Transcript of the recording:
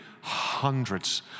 hundreds